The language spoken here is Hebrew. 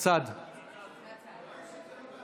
אפשרתי מהצד לתת הודעה.